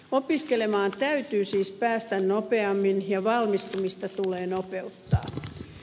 opiskelemaan täytyy siis päästä nopeammin ja valmistumista tulee nopeuttaa